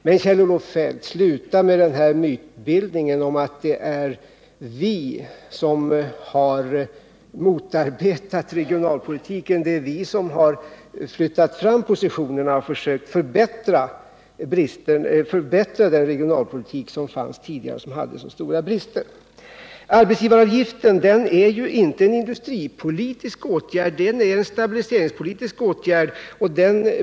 Men, Kjell-Olof Feldt, sluta med denna mytbildning om att det är vi som har motarbetat regionalpolitiken! Det är vi som har flyttat fram positionerna och försökt förbättra den regionalpolitik som fanns tidigare och som hade så stora brister. Arbetsgivaravgiften är ju inte en industripolitisk åtgärd, den är en stabiliseringspolitisk åtgärd.